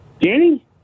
Danny